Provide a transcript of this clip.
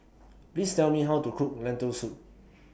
Please Tell Me How to Cook Lentil Soup